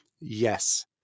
yes